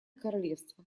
королевство